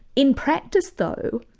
in practice though,